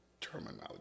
terminology